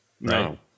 No